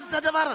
מה זה הדבר הזה?